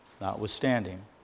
notwithstanding